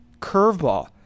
curveball